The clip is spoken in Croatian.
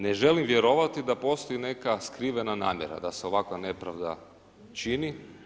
Ne želim vjerovati da postoji neka skrivena namjera, da se ovakva nepravda čini.